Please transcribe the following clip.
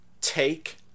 take